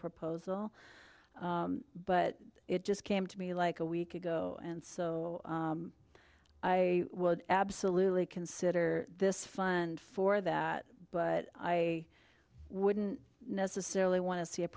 proposal but it just came to me like a week ago and so i would absolutely consider this fund for that but i wouldn't necessarily want to see